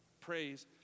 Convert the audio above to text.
Praise